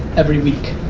every week.